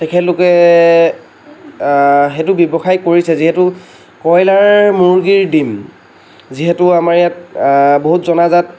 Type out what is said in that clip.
তেখেতলোকে সেইটো ব্যৱসায় কৰিছে যিহেতু কইলাৰ মূৰ্গীৰ ডিম যিহেতু আমাৰ ইয়াত বহুত জনাজাত